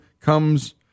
comes